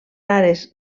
rares